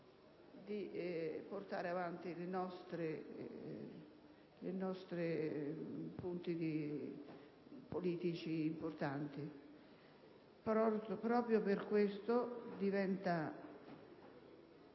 di portare avanti i nostri punti politici importanti. Proprio per questo diventa